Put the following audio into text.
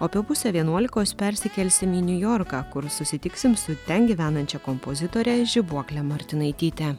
o apie pusę vienuolikos persikelsim į niujorką kur susitiksim su ten gyvenančia kompozitore žibuokle martinaityte